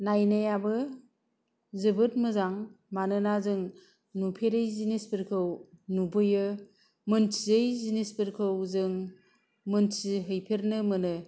नायनायाबो जोबोद मोजां मानोना जों नुफेरै जिनिसफोरखौ नुबोयो मोनथियै जिनिसफोरखौ जों मोनथिहैफेरनो मोनो